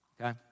okay